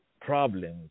problems